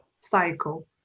cycle